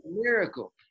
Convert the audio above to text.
miracle